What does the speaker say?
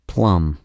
Plum